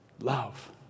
Love